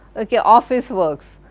ok office works,